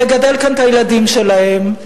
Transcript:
לגדל כאן את הילדים שלהם.